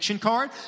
Card